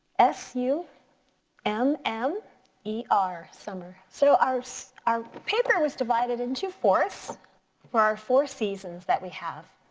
s u m m e r, summer. so our so our paper was divided into fourths for our four seasons that we have.